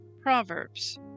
Proverbs